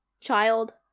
Child